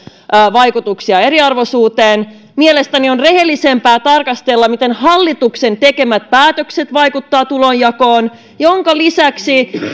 vaikutuksia eriarvoisuuteen mielestäni on rehellisempää tarkastella miten hallituksen tekemät päätökset vaikuttavat tulonjakoon minkä lisäksi